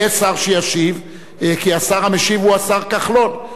יהיה שר שישיב, כי השר המשיב הוא השר כחלון.